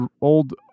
old